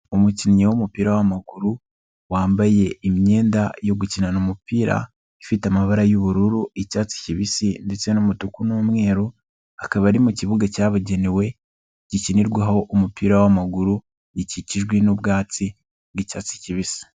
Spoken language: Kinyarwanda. Umukinnyi wumupira w'amaguru wambaye imyenda yo gukinana umupira ifite amabara y'ubururu icyatsi kibisi ndetse n'umutuku n'umweru, akaba ari mu kibuga cyabugenewe gikinirwaho umupira w'amaguru gikikijwe n'ubwatsi bw'icyatsi kibisi.